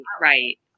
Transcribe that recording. right